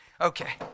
Okay